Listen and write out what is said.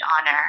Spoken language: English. honor